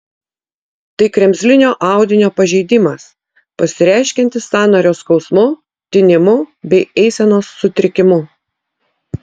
tai kremzlinio audinio pažeidimas pasireiškiantis sąnario skausmu tinimu bei eisenos sutrikimu